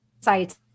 sites